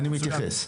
אני מתייחס.